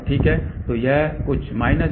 ठीक तो यह कुछ -jωL के समान है